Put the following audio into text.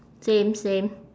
same same